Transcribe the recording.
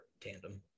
tandem